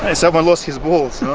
ah someone lost his balls, no?